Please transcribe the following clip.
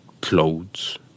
clothes